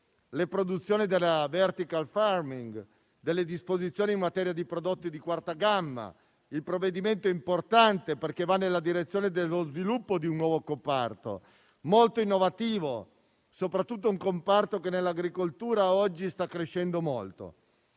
le produzioni della *vertical farming* e previste disposizioni in materia di prodotti di quarta gamma. Il provvedimento è importante perché va nella direzione dello sviluppo di un nuovo comparto molto innovativo e che oggi sta crescendo molto.